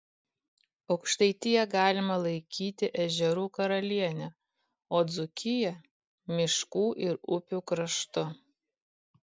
aukštaitiją galima laikyti ežerų karaliene o dzūkiją miškų ir upių kraštu